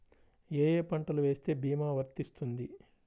ఏ ఏ పంటలు వేస్తే భీమా వర్తిస్తుంది?